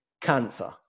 cancer